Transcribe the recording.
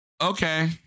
Okay